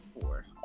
four